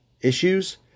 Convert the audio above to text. issues